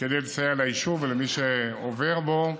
כדי לסייע ליישוב ולמי שעובר בו.